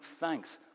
thanks